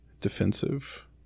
defensive